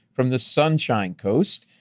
from the sunshine coast,